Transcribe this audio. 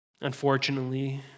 Unfortunately